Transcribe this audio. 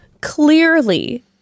clearly